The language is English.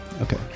Okay